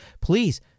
please